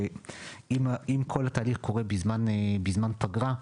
שאם כל התהליך קורה בזמן פגרה,